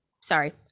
Sorry